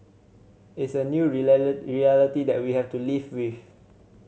it's a new reality that we'll have to live with